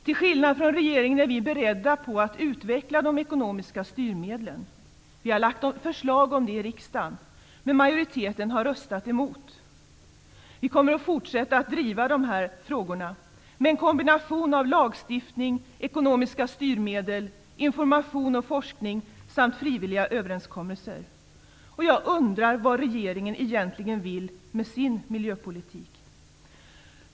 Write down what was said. Till skillnad från regeringen är vi beredda att utveckla de ekonomiska styrmedlen. Vi har lagt fram förslag om det i riksdagen, men majoriteten har röstat emot. Vi kommer att fortsätta att driva de här frågorna, med en kombination av lagstiftning, ekonomiska styrmedel, information och forskning samt frivilliga överenskommelser. Jag undrar vad regeringen egentligen vill med sin miljöpolitik.